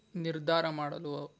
ನಿರ್ಧಾರ ಮಾಡಲು